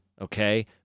okay